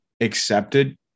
accepted